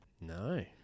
No